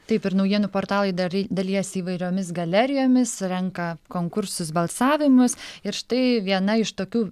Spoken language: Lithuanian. taip ir naujienų portalai dari dalijasi įvairiomis galerijomis renka konkursus balsavimus ir štai viena iš tokių